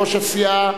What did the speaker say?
ראש הסיעה,